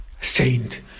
saint